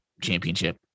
championship